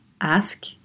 ask